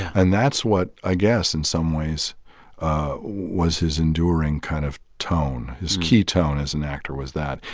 and that's what i guess in some ways was his enduring kind of tone. his key tone as an actor was that.